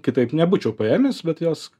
kitaip nebūčiau paėmęs bet jos